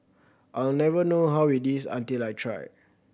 I'll never know how it is until I try